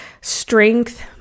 strength